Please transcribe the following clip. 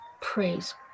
Praise